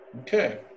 Okay